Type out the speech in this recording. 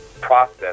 process